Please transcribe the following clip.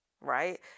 Right